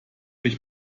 ich